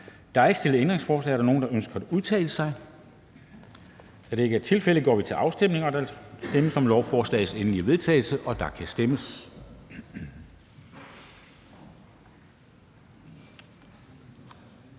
Der er ikke stillet ændringsforslag. Er der nogen, der ønsker at udtale sig? Da det ikke er tilfældet, går vi til afstemning. Kl. 10:11 Afstemning Formanden (Henrik Dam Kristensen): Der stemmes